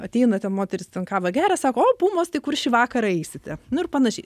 ateina ten moterys ten kavą geria sako o pumos tai kur šį vakarą eisite nu ir panašiai